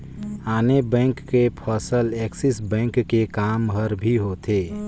आने बेंक फसल Axis bank के काम हर भी होथे